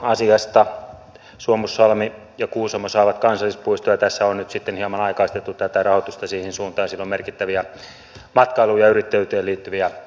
suomussalmi ja kuusamo saavat kansallispuiston ja tässä on nyt sitten hieman aikaistettu tätä rahoitusta siihen suuntaan ja sillä on merkittäviä matkailuun ja yrittäjyyteen liittyviä yhtymäkohtia